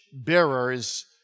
bearers